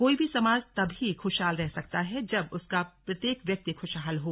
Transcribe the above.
कोई भी समाज तब ही खुशहाल रह सकता है जब उसका प्रत्येक व्यक्ति खुशहाल हो